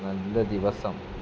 നല്ലദിവസം